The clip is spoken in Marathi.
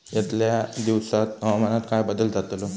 यतल्या दिवसात हवामानात काय बदल जातलो?